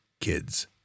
kids